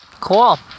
Cool